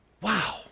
Wow